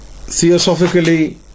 Theosophically